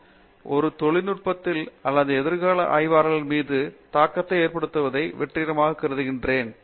மூர்த்தி ஆமாம் ஒரு தொழில் அல்லது எதிர்கால ஆய்வாளர்கள் மீது தாக்கத்தை ஏற்படுத்துவதை வெற்றிகரமாக கருதுகிறேன்